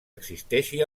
existeixi